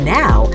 now